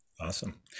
awesome